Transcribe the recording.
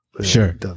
Sure